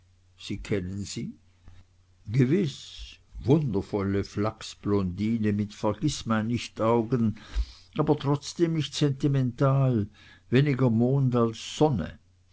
sie kennen sie gewiß wundervolle flachsblondine mit vergißmeinnichtaugen aber trotzdem nicht sentimental weniger mond als sonne